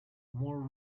more